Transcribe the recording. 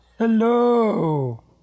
Hello